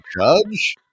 judge